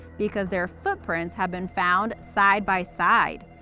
because their footprints have been found side by side.